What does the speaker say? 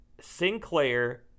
Sinclair